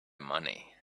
money